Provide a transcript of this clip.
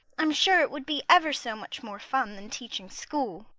i'm sure it would be ever so much more fun than teaching school.